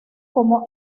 como